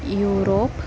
Europe